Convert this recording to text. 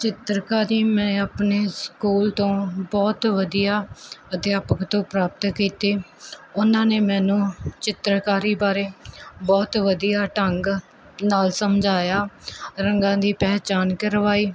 ਚਿੱਤਰਕਾਰੀ ਮੈਂ ਆਪਣੇ ਸਕੂਲ ਤੋਂ ਬਹੁਤ ਵਧੀਆ ਅਧਿਆਪਕ ਤੋਂ ਪ੍ਰਾਪਤ ਕੀਤੀ ਉਹਨਾਂ ਨੇ ਮੈਨੂੰ ਚਿੱਤਰਕਾਰੀ ਬਾਰੇ ਬਹੁਤ ਵਧੀਆ ਢੰਗ ਨਾਲ ਸਮਝਾਇਆ ਰੰਗਾਂ ਦੀ ਪਹਿਚਾਣ ਕਰਵਾਈ